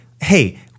hey